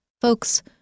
Folks